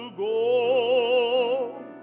go